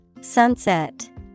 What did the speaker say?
Sunset